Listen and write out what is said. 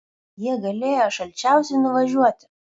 jie galėjo šalčiausiai nuvažiuoti